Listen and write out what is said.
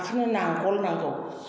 बेनिखायनो नांगोल नांगौ